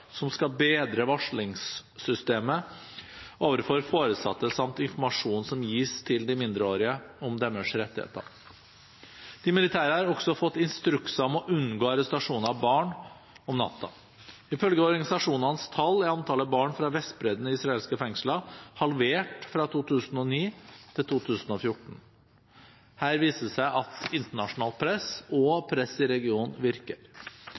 som skal bedre varslingssystemet overfor foresatte samt informasjonen som gis til de mindreårige om deres rettigheter. De militære har også fått instrukser om å unngå arrestasjoner av barn om natten, noe som Norge også har vært opptatt av. Ifølge organisasjonenes tall er antallet barn fra Vestbredden i israelske fengsler halvert fra 2009 til 2014. Her viser det seg at internasjonalt press og press i regionen virker.